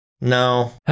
No